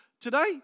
today